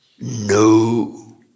No